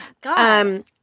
God